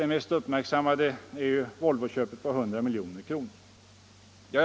Det mest uppmärksammade är Volvoinköpet på 100 milj.kr.